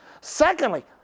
Secondly